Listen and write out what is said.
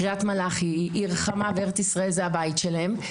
קריית מלאכי היא עיר חמה בארץ ישראל וזה הבית שלהן.